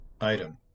item